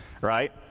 right